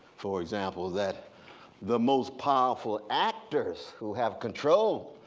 for example, that the most powerful actors who have control,